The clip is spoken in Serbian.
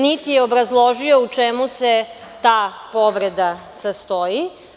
Niti je obrazložio u čemu se ta povreda sastoji.